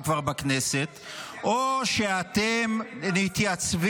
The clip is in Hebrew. כל מה שאמרת שנוגע למלחמה, אני חושב